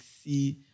see